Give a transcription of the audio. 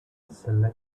select